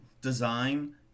design